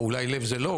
או אולי לב זה לא,